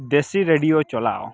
ଦେଶୀ ରେଡ଼ିଓ ଚଲାଅ